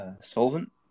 solvent